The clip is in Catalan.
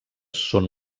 són